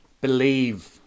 Believe